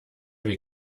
wie